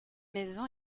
maison